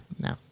No